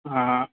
ہاں ہاں